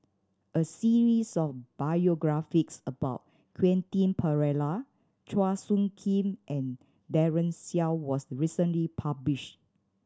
a series of biographies about Quentin Pereira Chua Soo Khim and Daren Shiau was recently published